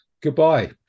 goodbye